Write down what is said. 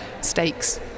stakes